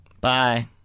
Bye